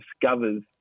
discovers